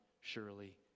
surely